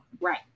Right